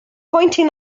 pointing